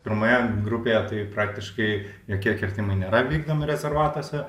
pirmoje grupėje tai praktiškai jokie kirtimai nėra vykdomi rezervatuose